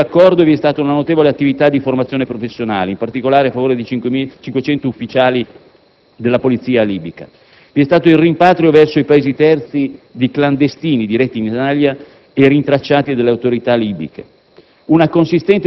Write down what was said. Sempre in base a quell'accordo, vi è stata una notevole attività di formazione professionale, in particolare a favore di 500 ufficiali della polizia libica. Vi è stato il rimpatrio verso i Paesi terzi di clandestini diretti in Italia e rintracciati dalle autorità libiche.